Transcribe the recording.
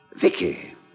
Vicky